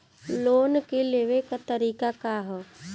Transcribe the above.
Loan के लेवे क तरीका का ह?